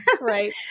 Right